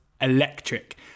electric